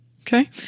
Okay